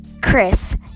Chris